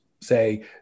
say